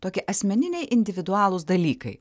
tokie asmeniniai individualūs dalykai